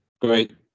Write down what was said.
Great